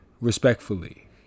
respectfully